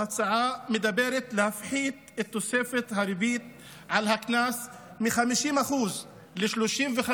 ההצעה מדברת על הפחתת תוספת הריבית על הקנס מ-50% ל-35%,